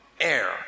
air